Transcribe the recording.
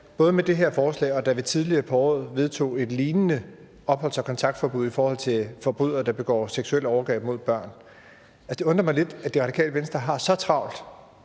til det her forslag, og da vi tidligere på året vedtog et lignende opholds- og kontaktforbud i forhold til forbrydere, der begår seksuelle overgreb mod børn – er, at Det Radikale Venstre har så travlt